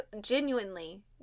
genuinely